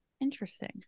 interesting